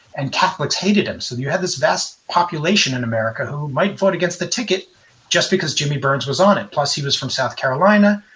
and catholics hated him. so you had this vast population in america who might vote against the ticket just because jimmy burns was on it. plus, he was from south carolina,